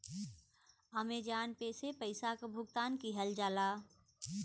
Amazon Pay से पइसा क भुगतान किहल जाला